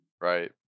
Right